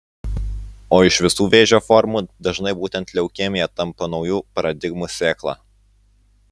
o iš visų vėžio formų dažnai būtent leukemija tampa naujų paradigmų sėkla